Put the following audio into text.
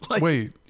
Wait